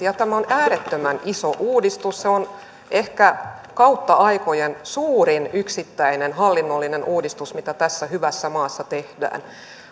ja tämä on äärettömän iso uudistus se on ehkä kautta aikojen suurin yksittäinen hallinnollinen uudistus mitä tässä hyvässä maassa on tehty